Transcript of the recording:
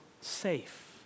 safe